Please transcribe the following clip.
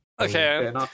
Okay